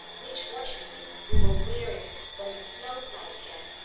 which fortunately we were wearing when the snow-slide began,